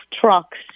trucks